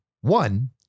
one